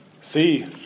see